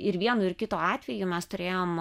ir vienu ir kitu atveju mes turėjom